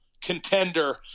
contender